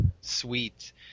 Sweet